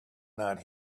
not